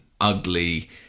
ugly